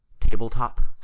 Tabletop